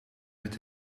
met